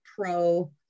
pro